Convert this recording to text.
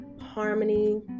harmony